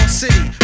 city